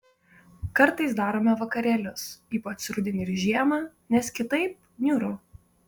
kartais darome vakarėlius ypač rudenį ir žiemą nes kitaip niūru